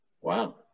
Wow